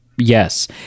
Yes